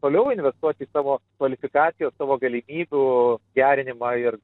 toliau investuot į savo kvalifikacijos savo galimybių gerinimą ir